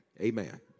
Amen